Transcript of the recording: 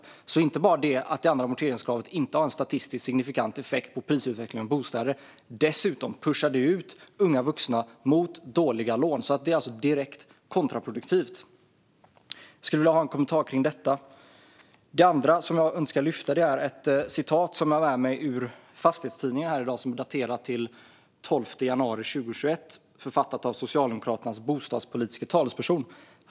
Det är alltså inte bara det att det andra amorteringskravet inte har någon statistiskt signifikant effekt på prisutvecklingen för bostäder, utan det pushar dessutom ut unga vuxna mot dåliga lån. Det är alltså direkt kontraproduktivt. Jag skulle vilja ha en kommentar om det. Något annat som jag önskar lyfta upp är ett citat från Fastighetstidningen daterat den 12 januari 2021 och författat av Socialdemokraternas bostadspolitiska talesperson.